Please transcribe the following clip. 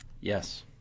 yes